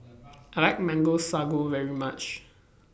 I like Mango Sago very much